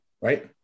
Right